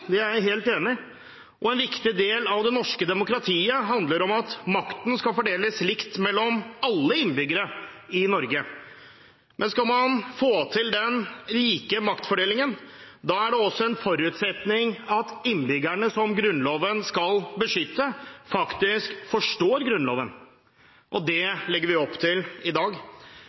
Det er jeg helt enig i. En viktig del av det norske demokratiet handler om at makten skal fordeles likt mellom alle innbyggere i Norge. Men skal man få til den like maktfordelingen, er det også en forutsetning at innbyggerne som Grunnloven skal beskytte, faktisk forstår Grunnloven. Det legger vi opp til i dag.